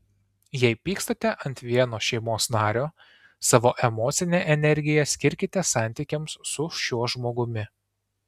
jei pykstate ant vieno šeimos nario savo emocinę energiją skirkite santykiams su šiuo žmogumi